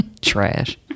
Trash